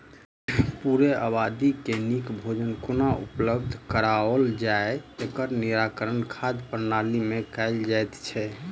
पूरे आबादी के नीक भोजन कोना उपलब्ध कराओल जाय, एकर निराकरण खाद्य प्रणाली मे कयल जाइत छै